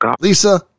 Lisa